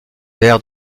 ver